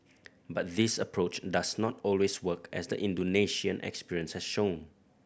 but this approach does not always work as the Indonesian experience has shown